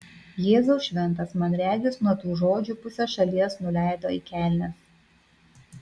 jėzau šventas man regis nuo tų žodžių pusė šalies nuleido į kelnes